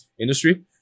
industry